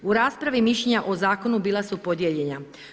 U raspravi mišljenja o zakonu bila su podijeljena.